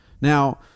Now